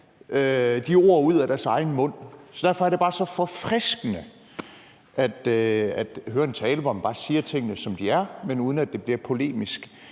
de ord ud af deres egen mund, så derfor er det bare så forfriskende at høre en tale, hvor man bare siger tingene, som de er, men uden at det af den grund bliver polemisk.